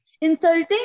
insulting